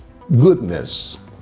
goodness